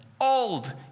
old